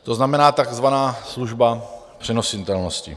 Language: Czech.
To znamená takzvaná služba přenositelnosti.